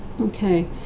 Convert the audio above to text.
Okay